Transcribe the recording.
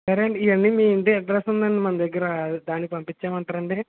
సరే అండి ఇవి అన్ని మీ ఇంటి అడ్రస్ ఉందండి మన దగ్గర దానికి పంపించేయమంటారా అండి